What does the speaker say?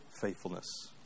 faithfulness